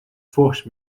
فحش